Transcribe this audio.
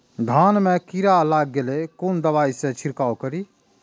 धान में कीरा लाग गेलेय कोन दवाई से छीरकाउ करी?